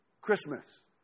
Christmas